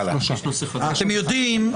אתם יודעים,